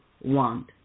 want